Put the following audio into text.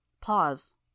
Pause